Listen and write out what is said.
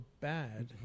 bad